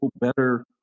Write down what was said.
better